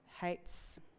hates